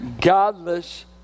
godless